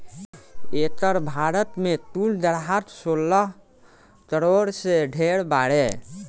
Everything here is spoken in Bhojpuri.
एकर भारत मे कुल ग्राहक सोलह करोड़ से ढेर बारे